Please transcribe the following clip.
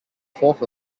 fourth